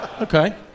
Okay